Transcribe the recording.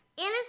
Anna